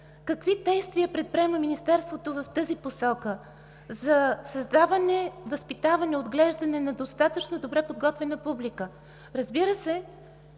какви действия предприема Министерството в тази посока за създаване, възпитаване, отглеждане на достатъчно добре подготвена публика? Разбира се,